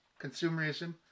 consumerism